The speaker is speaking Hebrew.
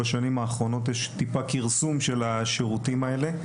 בשנים האחרונות יש טיפה כרסום של השירותים האלה,